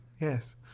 Yes